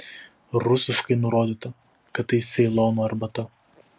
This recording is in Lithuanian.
rusiškai nurodyta kad tai ceilono arbata